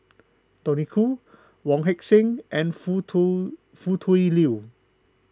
Tony Khoo Wong Heck Sing and Foo Tui Foo Tui Liew